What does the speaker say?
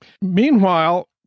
Meanwhile